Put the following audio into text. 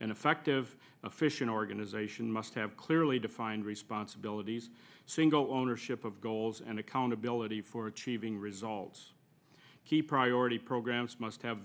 and effective efficient organization must have clearly defined responsibilities single ownership of goals and accountability for achieving results key priority programs must have